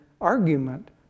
argument